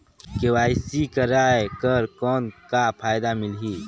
KYC कराय कर कौन का फायदा मिलही?